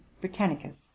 britannicus